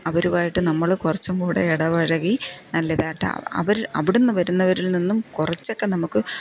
അവരുവായിട്ട് നമ്മള് കുറച്ചും കൂടെ ഇടപഴകി നല്ലതായിട്ട് അവര് അവിടുന്ന് വരുന്നവരിൽ നിന്നും കുറച്ചൊക്കെ നമുക്ക്